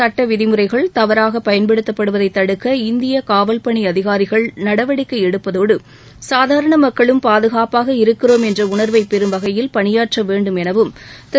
சுட்டவிதிமுறைகள் தவறாக பயன்படுத்தப்படுவதை தடுக்க இந்திய காவல் பணி அதிகாரிகள் நடவடிக்கை எடுப்பதோடு சாதாரண மக்களும் பாதுகாப்பாக இருக்கிறோம் என்ற உணர்வை பெறும் வகையில் பணியாற்ற வேண்டும் எனவும் திரு